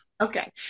Okay